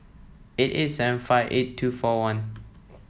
eight eight seven five eight two four one